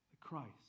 Christ